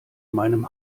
meinem